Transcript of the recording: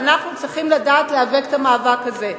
ואנחנו צריכים לדעת להיאבק את המאבק הזה,